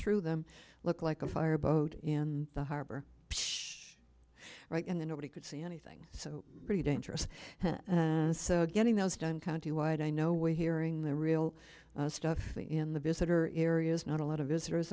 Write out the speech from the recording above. through them look like a fire boat in the harbor right and then nobody could see anything so pretty dangerous and so getting those done county wide i know we're hearing the real stuff in the visitor areas not a lot of visitors